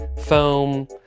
foam